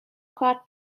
کارت